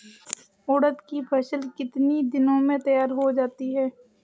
उड़द की फसल कितनी दिनों में तैयार हो जाती है?